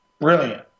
brilliant